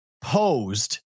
posed